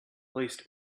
placed